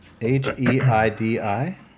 H-E-I-D-I